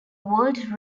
world